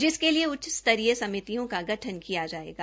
जिसके लिए उच्च स्तरीय कमेटियों का गठन किया जाएगा